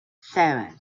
seven